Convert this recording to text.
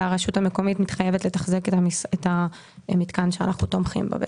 והרשות המקומית מתחייבת לתחזק את המתקן שאנחנו תומכים בו בעצם.